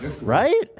Right